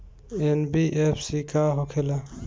NBFC का होंखे ला?